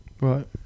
Right